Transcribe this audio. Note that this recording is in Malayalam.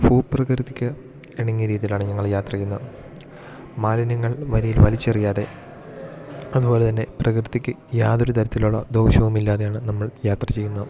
ഭൂപ്രകൃതിക്ക് ഇണങ്ങിയ രീതിയിലാണ് ഞങ്ങൾ യാത്ര ചെയ്യുന്നത് മാലിന്യങ്ങൾ വരിയിൽ വലിച്ച് എറിയാതെ അതുപോലെ തന്നെ പ്രകൃതിക്ക് യാതൊരു തരത്തിലുള്ള ദോഷവുമില്ലാതെയാണ് നമ്മൾ യാത്ര ചെയ്യുന്നത്